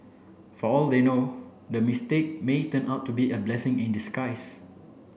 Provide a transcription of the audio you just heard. for all they know the mistake may turn out to be a blessing in disguise